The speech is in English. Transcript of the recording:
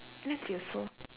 that's useful